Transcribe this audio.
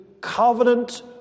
covenant